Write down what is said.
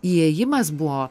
įėjimas buvo